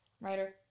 Writer